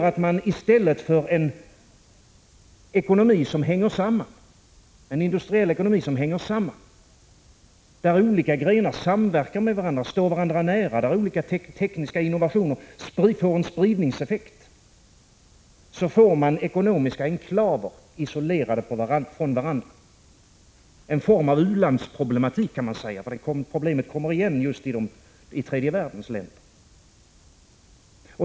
I stället för en industriell ekonomi som hänger samman, där olika grenar står varandra nära och samverkar med varandra och där tekniska innovationer får en spridningseffekt, får man ekonomiska enklaver, isolerade från varandra. Det är en form av u-landsproblematik, kan man säga, för problemen kommer igen just i tredje världens länder.